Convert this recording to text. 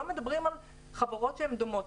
לא מדברים על חברות דומות.